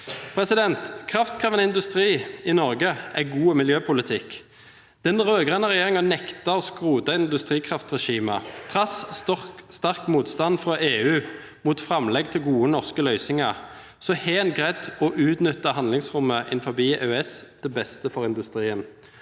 framover. Kraftkrevende industri i Norge er god miljøpolitikk. Den rød-grønne regjeringen nektet å skrote industrikraftregimet. Til tross for sterk motstand fra EU mot framlegg til gode norske løsninger har en greid å utnytte handlingsrommet innenfor EØS til beste for industrien.